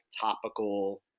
topical